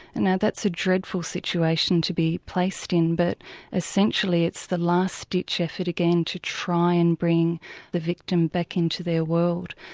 and now that's a dreadful situation to be placed in, but essentially it's the last ditch effort again to try and bring the victim back into their world.